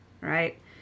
Right